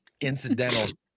Incidental